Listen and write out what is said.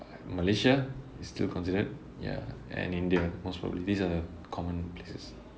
malaysia is still considered ya and india most probably these are the common places